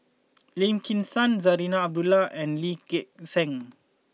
Lim Kim San Zarinah Abdullah and Lee Gek Seng